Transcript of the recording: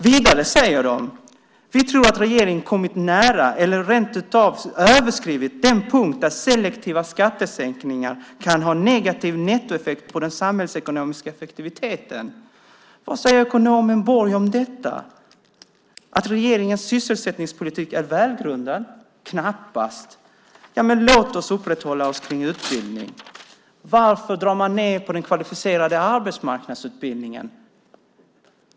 Vidare säger de: Vi tror att regeringen har kommit nära eller överskridit den punkt där selektiva skattesänkningar kan ha negativ nettoeffekt på den samhällsekonomiska effektiviteten. Vad säger ekonomen Borg om detta? Att regeringens sysselsättningspolitik är välgrundad? Knappast! Låt oss uppehålla oss kring utbildning. Varför drar man ned på den kvalificerade arbetsmarknadsutbildningen?